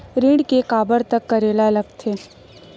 ऋण के काबर तक करेला लगथे?